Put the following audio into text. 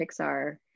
Pixar